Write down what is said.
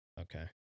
Okay